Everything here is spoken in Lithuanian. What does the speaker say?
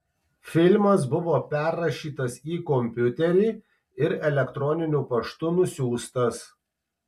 filmas buvo perrašytas į kompiuterį ir elektroniniu paštu nusiųstas